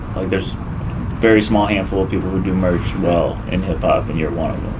there's very small handful of people who do merch well in hip hop and you're one